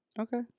Okay